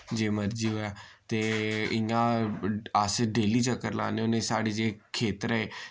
जे मर्जी होऐ ते इय्यां अस डेली चक्कर लान्ने होन्ने साढ़ी जे खेत्तर ऐ